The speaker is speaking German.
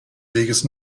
weges